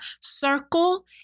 circle